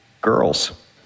girls